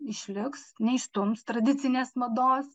išliks neišstums tradicinės mados